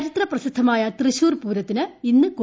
ചരിത്രപ്രസിദ്ധമായ തൃശൂർപൂരത്തിന് ഇന്ന് കൊടിയേറും